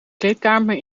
kleedkamer